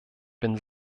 bin